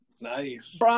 Nice